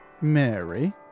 Mary